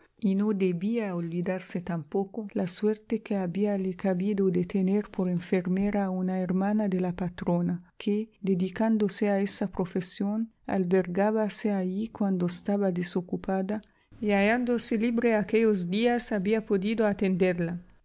y no debía olvidarse tampoco la suerte que habíale cabido de tener mera a una hermana de la patrona que dedican dose a esa profesión albergábase allí cuando estaba desocupada y hallándose libre aquellos días había podido atenderla